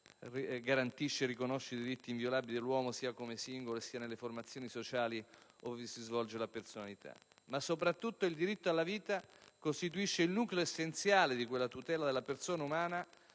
garantisce e riconosce i diritti inviolabili dell'uomo sia come singolo, sia nelle formazioni sociali ove si svolge la sua personalità. Ma soprattutto il diritto alla vita costituisce il nucleo essenziale di quella tutela della persona umana